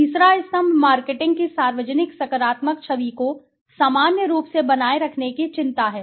तीसरा स्तंभ मार्केटिंग की सार्वजनिक सकारात्मक छवि को सामान्य रूप से बनाए रखने की चिंता है